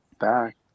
back